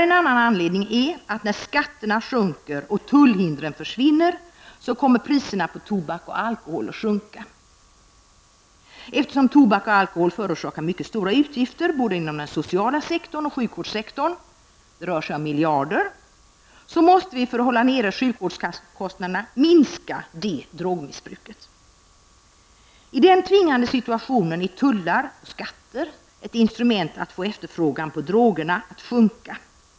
En annan anledning är att när skatterna sjunker och tullhindren försvinner kommer priserna på tobak och alkohol att sjunka. Eftersom tobak och alkohol förorsakar mycket stora utgifter både inom den sociala sektorn och sjukvårdssektorn, det rör sig om miljarder, måste vi för att hålla nere sjukvårdskostnaderna minska det drogmissbruket. I den tvingande situationen är tullar och skatter ett instrument att få efterfrågan på drogerna att sjunka.